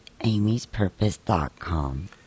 AmySPurpose.com